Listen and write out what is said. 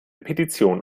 petition